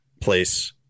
place